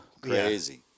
Crazy